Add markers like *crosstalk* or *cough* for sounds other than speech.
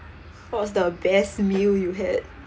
what was the best meal you had *breath*